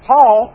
Paul